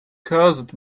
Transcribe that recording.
caused